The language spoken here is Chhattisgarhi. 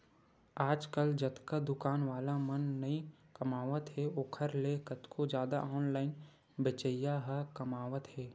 आजकल जतका दुकान वाला मन नइ कमावत हे ओखर ले कतको जादा ऑनलाइन बेचइया ह कमावत हें